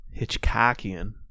Hitchcockian